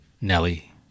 Nelly